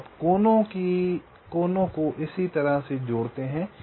तो आप कोनों को इसी तरह से जोड़ते हैं